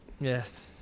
Yes